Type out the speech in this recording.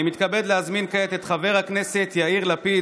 אני מתכבד להזמין כעת את חבר הכנסת יאיר לפיד,